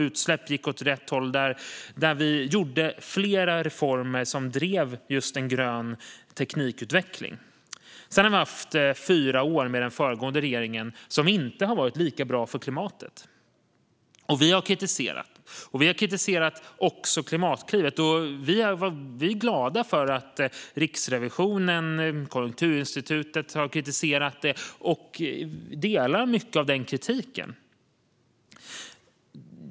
Utsläppen sjönk, och vi gjorde flera reformer som drev på den gröna teknikutvecklingen. Därefter hade vi fyra år med en regering som inte var lika bra för klimatet. Eftersom vi har kritiserat Klimatklivet är vi glada över att Riksrevisionen och Konjunkturinstitutet också har kritiserat det och delar mycket av vår kritik.